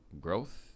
growth